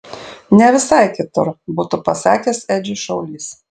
ne visai kitur būtų pasakęs edžiui šaulys